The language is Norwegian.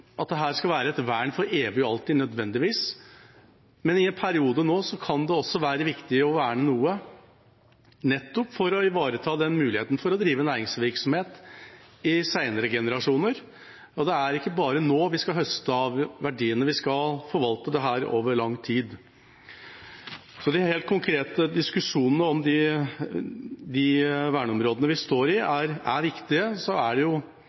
skal være et vern for evig og alltid. I en periode kan det være viktig å verne noe nettopp for å ivareta muligheten til å drive næringsvirksomhet i senere generasjoner. Det er ikke bare nå vi skal høste av verdiene. Vi skal forvalte dem over lang tid. De helt konkrete diskusjonene vi står i om verneområdene, er viktige. Det er viktig å ha prinsipper og planer for det vernearbeidet som vi er nødt til å drive i noen deler av havområdene våre. Dette er